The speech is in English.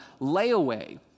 layaway